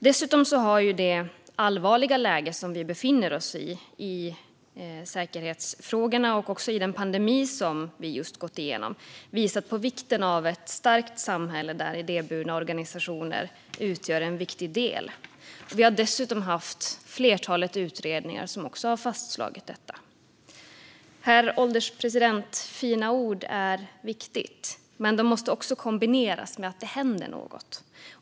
Dessutom har det allvarliga läge som vi befinner oss i - det gäller säkerhetsfrågorna och den pandemi som vi just gått igenom - visat på vikten av ett starkt samhälle där idéburna organisationer utgör en viktig del. Vi har dessutom haft ett flertal utredningar som också har fastslagit detta. Herr ålderspresident! Fina ord är viktiga, men de måste kombineras med att något händer.